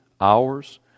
hours